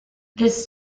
this